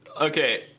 Okay